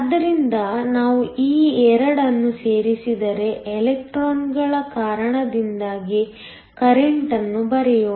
ಆದ್ದರಿಂದ ನಾವು ಈ 2 ಅನ್ನು ಸೇರಿಸಿದರೆ ಎಲೆಕ್ಟ್ರಾನ್ಗಳ ಕಾರಣದಿಂದಾಗಿ ಕರೆಂಟ್ ಅನ್ನು ಬರೆಯೋಣ